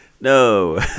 No